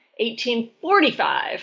1845